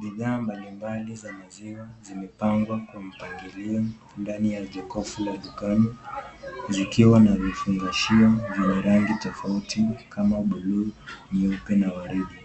Bidhaa mbalimbali za maziwa zimepangwa kwa mpangilio ndani ya jokofu la dukani ,vikiwa na vifungashio vyenye rangi tofauti kama buluu, nyeupe na waridi.